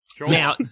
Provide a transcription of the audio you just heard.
Now